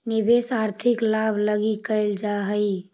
निवेश आर्थिक लाभ लगी कैल जा हई